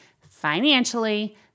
financially